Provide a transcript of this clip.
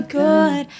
good